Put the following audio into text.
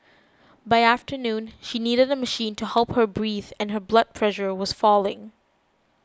by afternoon she needed a machine to help her breathe and her blood pressure was falling